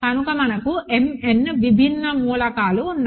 కనుక మనకు m n విభిన్న మూలకాలు ఉన్నాయి